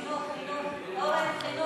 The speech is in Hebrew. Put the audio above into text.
אורן, חינוך.